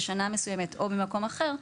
בשנה מסוימת או במקום אחר,